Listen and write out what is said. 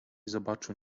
zobaczył